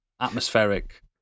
Atmospheric